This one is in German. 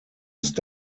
ist